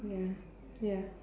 ya ya